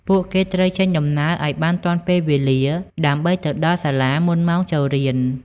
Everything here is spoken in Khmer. ពួកគេត្រូវចេញដំណើរឱ្យបានទាន់ពេលវេលាដើម្បីទៅដល់សាលាមុនម៉ោងចូលរៀន។